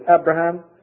Abraham